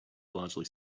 largely